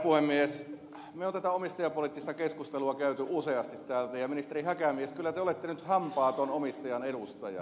me olemme tätä omistajapoliittista keskustelua käyneet useasti täällä ja ministeri häkämies kyllä te olette nyt hampaaton omistajan edustaja